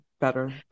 Better